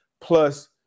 plus